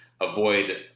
avoid